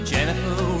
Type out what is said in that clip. Jennifer